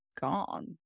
gone